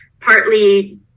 partly